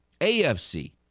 AFC